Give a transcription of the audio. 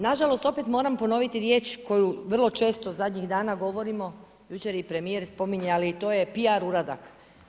Nažalost opet moram ponoviti riječ koju vrlo često zadnjih dana govorimo, jučer ju je i premijer spominjao ali to je PR uradak.